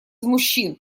мужчин